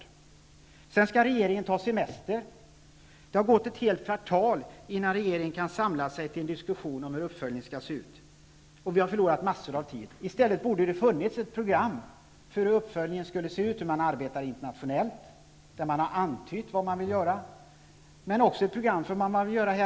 Därefter skall regeringen ha semester, och då har det gått ett kvartal innan regeringen kan samla sig till en diskussion om hur uppföljningen skall se ut. Vi har då förlorat massor av tid. I stället borde det ha funnits ett program om vad man vill göra internationellt och även på hemmaplan.